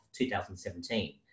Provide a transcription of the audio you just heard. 2017